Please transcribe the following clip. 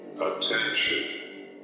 Attention